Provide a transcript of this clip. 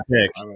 pick